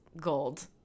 gold